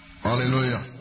Hallelujah